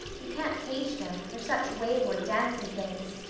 you can't cage them, they're such wayward, dancing things.